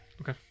Okay